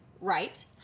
right